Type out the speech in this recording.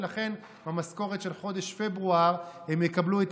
ולכן במשכורת של חודש פברואר הם יקבלו את